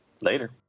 Later